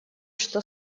что